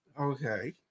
Okay